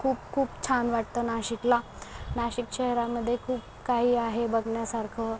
खूप खूप छान वाटतं नाशिकला नाशिक शहरामदे खूप काही आहे बघण्यासारखं